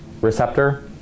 receptor